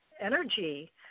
energy